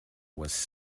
was